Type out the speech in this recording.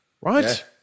Right